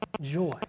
joy